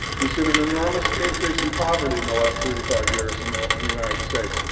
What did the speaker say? we've seen an enormous increase in poverty in the last thirty five years in the in the united states.